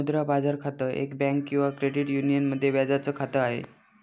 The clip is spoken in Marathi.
मुद्रा बाजार खातं, एक बँक किंवा क्रेडिट युनियन मध्ये व्याजाच खात आहे